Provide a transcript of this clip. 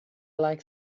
like